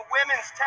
Women's